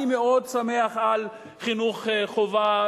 אני מאוד שמח על חינוך חובה